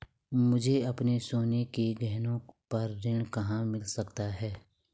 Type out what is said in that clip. मुझे अपने सोने के गहनों पर ऋण कहाँ मिल सकता है?